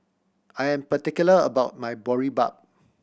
I am particular about my Boribap